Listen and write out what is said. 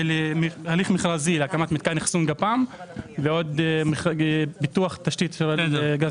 זה להליך מכרזי להקמת מתקן אחסון גפ"מ ועוד פיתוח תשתית של גז טבעי.